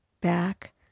back